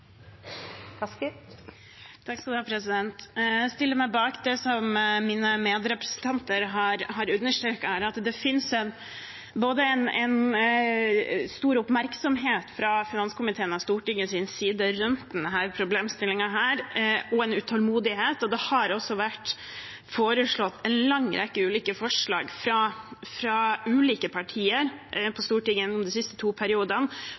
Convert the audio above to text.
forsterket innsats. Jeg stiller meg bak det som mine medrepresentanter har understreket her, at det er både stor oppmerksomhet og utålmodighet fra finanskomiteen og Stortingets side rundt denne problemstillingen. Det har også vært foreslått en lang rekke tiltak fra ulike partier på Stortinget de to siste